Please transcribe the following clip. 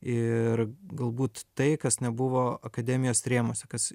ir galbūt tai kas nebuvo akademijos rėmuose kas